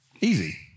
Easy